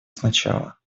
сначала